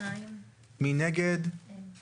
הצבעה מיזוג הצעות החוק אושר.